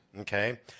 okay